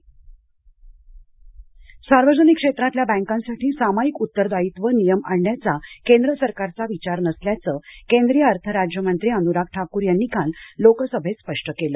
अनराग ठाकर सार्वजनिक क्षेत्रातल्या बँकांसाठी सामायिक उत्तरदायित्व नियम आणण्याचा केंद्र सरकारचा विचार नसल्याचं केंद्रीय अर्थ राज्य मंत्री अनुराग ठाकूर यांनी काल लोकसभेत स्पष्ट केलं